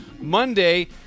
Monday